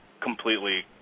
completely